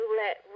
let